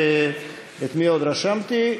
את מי עוד רשמתי?